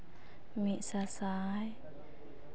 ᱢᱤᱫ ᱥᱟᱥᱟᱭ